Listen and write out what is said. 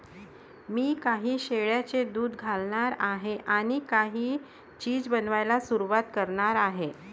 मी काही शेळ्यांचे दूध घालणार आहे आणि काही चीज बनवायला सुरुवात करणार आहे